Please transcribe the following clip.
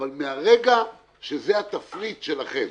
אבל מהרגע שזה התפריט שלכם,